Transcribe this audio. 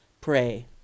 pray